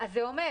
אז זה עומד.